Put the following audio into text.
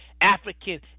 African